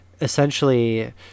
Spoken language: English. essentially